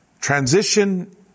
transition